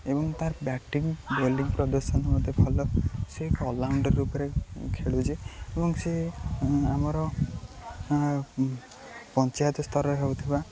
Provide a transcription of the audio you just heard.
ଏବଂ ତା'ର batting bowling ପ୍ରଦର୍ଶନ ମଧ୍ୟ ଭଲ ସେ ଅଲରାଉଣ୍ଡର ରୂପରେ ଖେଳୁଛେ ଏବଂ ସେ ଆମର ପଞ୍ଚାୟତ ସ୍ତରରେ ହଉଥିବା